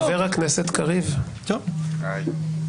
חבר הכנסת קריב, תודה.